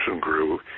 grew